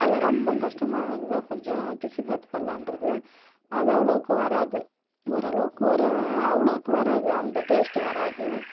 அது ரொம்ப கஷ்டமானது தான் கொஞ்சம் பிஸிபாத் பல்லான்றது அது அவ்வளோக்கு வராது ஓரளவுக்கு வரும் அவ்வளோக்கு வராது அந்த டேஸ்ட்டு வராது